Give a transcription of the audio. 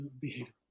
behavior